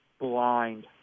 blind